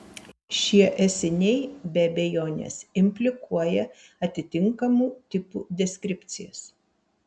šie esiniai be abejonės implikuoja atitinkamų tipų deskripcijas